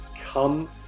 Come